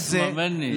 אסמע מני,